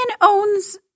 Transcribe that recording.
owns